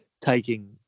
taking